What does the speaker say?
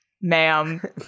ma'am